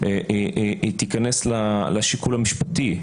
תיכנס לשיקול המשפטי,